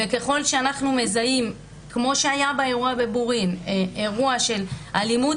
וככל שאנחנו מזהים כמו שהיה באירוע בבורין אירוע של אלימות,